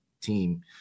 team